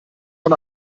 von